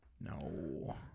No